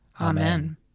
Amen